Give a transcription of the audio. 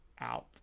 out